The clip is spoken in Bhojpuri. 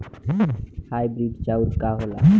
हाइब्रिड चाउर का होला?